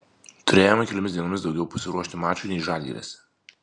turėjome keliomis dienomis daugiau pasiruošti mačui nei žalgiris